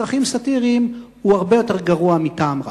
לצרכים סאטיריים, הוא הרבה יותר גרוע מטעם רע.